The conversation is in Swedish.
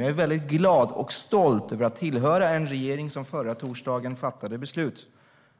Jag är väldigt glad och stolt över att tillhöra en regering som förra torsdagen fattade beslut